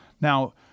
Now